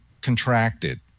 contracted